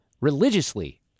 religiously